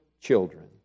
children